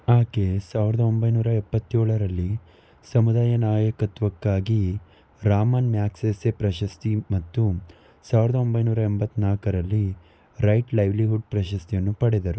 ಆಕೆ ಸಾವ್ರ್ದ ಒಂಬೈನೂರ ಎಪ್ಪತ್ತೇಳರಲ್ಲಿ ಸಮುದಾಯ ನಾಯಕತ್ವಕ್ಕಾಗಿ ರಾಮನ್ ಮ್ಯಾಗ್ಸೆಸೆ ಪ್ರಶಸ್ತಿ ಮತ್ತು ಸಾವ್ರ್ದ ಒಂಬೈನೂರ ಎಂಬತ್ತ್ನಾಲ್ಕರಲ್ಲಿ ರೈಟ್ ಲೈವ್ಲಿಹುಡ್ ಪ್ರಶಸ್ತಿಯನ್ನು ಪಡೆದರು